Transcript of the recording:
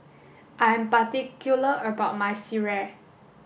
I am particular about my sireh